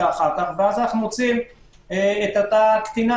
ואז אנחנו מוצאים אותה קטינה